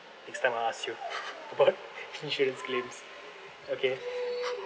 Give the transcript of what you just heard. next time I'll ask you about insurance claims okay